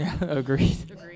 agreed